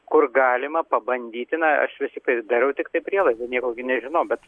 kur galima pabandyti na aš vis tik darau tiktai prielaidą nieko nežinau bet